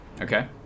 Okay